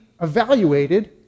evaluated